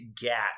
gat